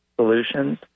solutions